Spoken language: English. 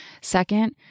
Second